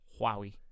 Huawei